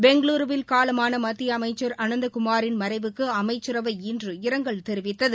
பெங்களூருவில் காலமான மத்திய அமைச்சர் அனந்தகுமாரின் மறைவுக்கு அமைச்சரவை இன்று இரங்கல் தெரிவித்தது